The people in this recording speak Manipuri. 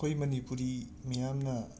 ꯑꯩꯈꯣꯏ ꯃꯅꯤꯄꯨꯔꯤ ꯃꯤꯌꯥꯝꯅ